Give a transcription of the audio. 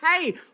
hey